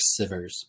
Sivers